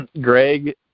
Greg